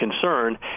concern